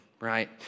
Right